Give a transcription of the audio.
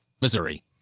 Missouri